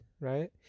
right